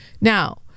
Now